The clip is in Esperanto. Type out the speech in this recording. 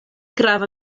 grava